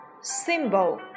symbol